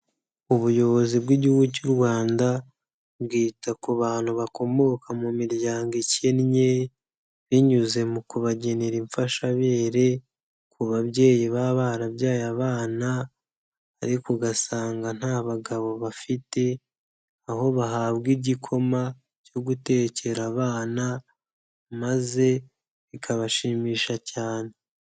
Ubuyobozi bw'Igihugu cy'u Rwanda bwita ku bantu bakomoka mu miryango ikennye, binyuze mu kubagenera imfashabere ku babyeyi baba barabyaye abana ariko ugasanga nta bagabo bafite, aho bahabwa igikoma cyo gutekera abana maze bikabashimisha cyane.